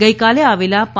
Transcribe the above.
ગઇકાલે આવેલા પ